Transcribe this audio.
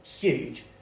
huge